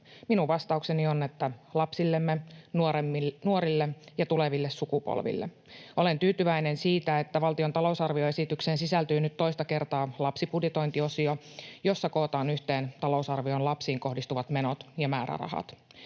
Minun vastaukseni on, että lapsillemme, nuorille ja tuleville sukupolville. Olen tyytyväinen siitä, että valtion talousarvioesitykseen sisältyy nyt toista kertaa lapsibudjetointiosio, jossa kootaan yhteen talousarvion lapsiin kohdistuvat menot ja määrärahat.